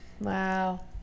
wow